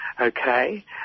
okay